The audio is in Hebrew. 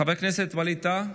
חבר הכנסת ווליד טאהא,